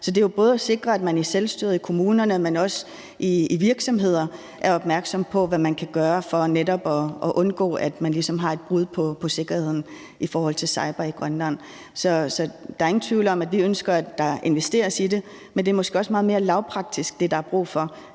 Så det er både at sikre, at man i selvstyret i kommunerne, men også i virksomhederne er opmærksom på, hvad man kan gøre for netop at undgå, at man ligesom har et brud på sikkerheden i forhold til cyber i Grønland. Så der er ingen tvivl om, at vi ønsker, at der investeres i det, men det, der er brug for